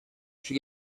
she